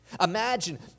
Imagine